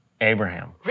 Abraham